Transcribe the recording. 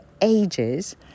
ages